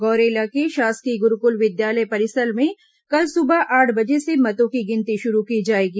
गौरेला के शासकीय गुरुकुल विद्यालय परिसर में कल सुबह आठ बजे से मतों की गिनती शुरू की जाएगी